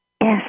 Yes